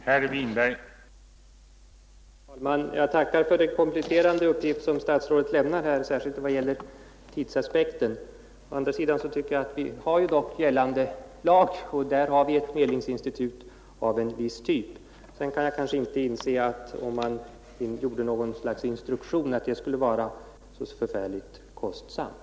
Herr talman! Jag tackar för den kompletterande uppgift som statsrådet lämnade, särskilt i vad gäller tidsaspekten. Men jag upprepar: vi har dock gällande lagstiftning, och där finns ett medlingsinstitut av viss typ och det bör få fungera bra. Sedan kan jag kanske inte inse att det skulle vara så förfärligt kostsamt att ge ut något slags instruktion för medlarna.